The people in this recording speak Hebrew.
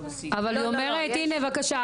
אומרת הנה בבקשה,